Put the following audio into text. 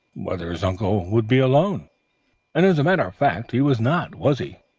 whether his uncle would be alone and as a matter of fact, he was not, was he?